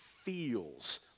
feels